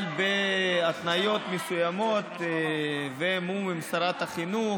אבל בהתניות מסוימות ומו"מ עם שרת החינוך,